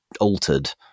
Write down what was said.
altered